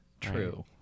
True